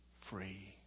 free